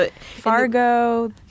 Fargo